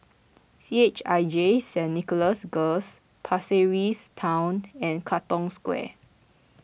C H I J Saint Nicholas Girls Pasir Ris Town and Katong Square